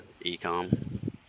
e-com